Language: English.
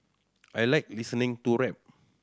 I like listening to rap